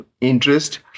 interest